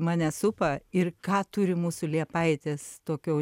mane supa ir ką turi mūsų liepaitės tokio